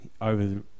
over